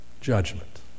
Judgment